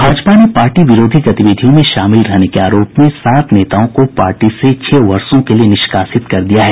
भाजपा ने पार्टी विरोधी गतिविधियों में शामिल रहने के आरोप में सात नेताओं को पार्टी से छह वर्षों के लिए निष्कासित कर दिया है